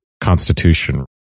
constitution